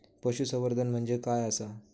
पशुसंवर्धन म्हणजे काय आसा?